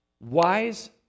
Wise